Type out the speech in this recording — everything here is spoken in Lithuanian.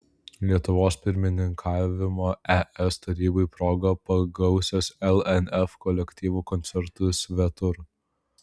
lietuvos pirmininkavimo es tarybai proga pagausės lnf kolektyvų koncertų svetur